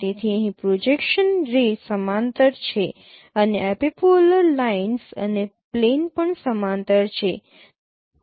તેથી અહીં projection ray સમાંતર છે અને એપિપોલર લાઇન્સ અને પ્લેન પણ સમાંતર છે